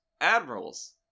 admirals